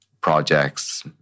projects